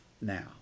now